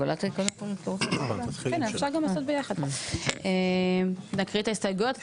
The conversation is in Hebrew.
נקריא את ההסתייגות.